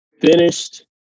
finished